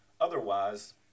Otherwise